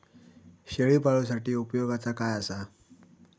शेळीपाळूसाठी उपयोगाचा काय असा?